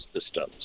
systems